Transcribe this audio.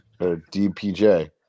DPJ